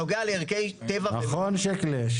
נכון שיקלי?